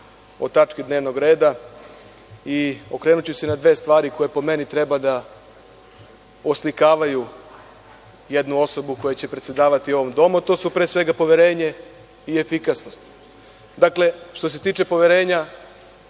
o tački dnevnog reda i okrenuću se na dve stvari koje, po meni, treba da oslikavaju jednu osobu koja će predsedavati ovom domu, a to su pre svega poverenje i efikasnost. Dakle, što se tiče poverenja,